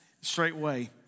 straightway